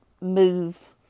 move